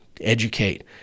educate